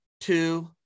two